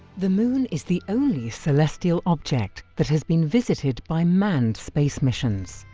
the moon is the only celestial object that has been visited by manned space missions.